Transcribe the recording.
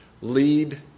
lead